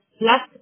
plus